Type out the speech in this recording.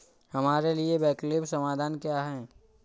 हमारे लिए वैकल्पिक समाधान क्या है?